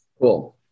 Cool